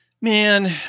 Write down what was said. Man